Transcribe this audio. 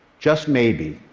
just maybe,